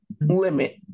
limit